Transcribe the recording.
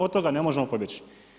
Od toga ne možemo pobjeći.